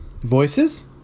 Voices